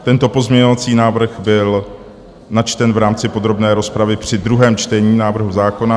Tento pozměňovací návrh byl načten v rámci podrobné rozpravy při druhém čtení návrhu zákona.